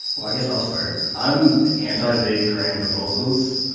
well, i guess i'll start. i'm anti-big grand proposals.